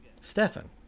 Stefan